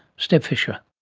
steb fisher.